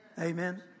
Amen